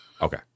Okay